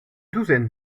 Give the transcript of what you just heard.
douzaine